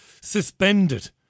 suspended